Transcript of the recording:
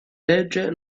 legge